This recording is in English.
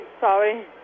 Sorry